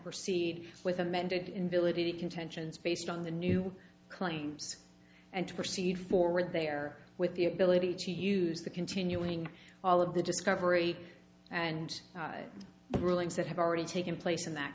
proceed with amended in billeted contentions based on the new claims and to proceed forward there with the ability to use the continuing all of the discovery and the rulings that have already taken place in that